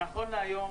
נכון להיום